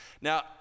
now